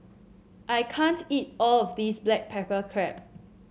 I can't eat all of this Black Pepper Crab